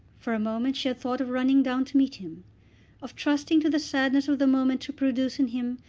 for a moment she had thought of running down to meet him of trusting to the sadness of the moment to produce in him,